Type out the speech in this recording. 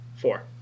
Four